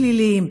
פליליים,